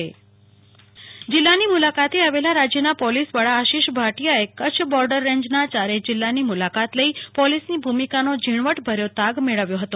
લ્પના શાહ સ વડા ની જાલ્લાની મલા જીલ્લાની મુલાકાતે આવેલા રાજ્યના પોલીસ વડા આશિષ ભાટીયાએ કરછ બોર્ડર રેન્જના ચારેય જીલ્લાની મુલાકાત લઇ પોલીસની ભૂમિકાનો ઝીણવટ ભર્યો તાગ મેળવ્યો હતો